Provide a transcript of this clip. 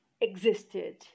existed